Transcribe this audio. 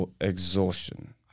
exhaustion